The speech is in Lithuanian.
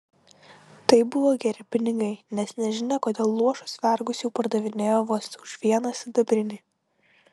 tai buvo geri pinigai nes nežinia kodėl luošus vergus jau pardavinėjo vos už vieną sidabrinį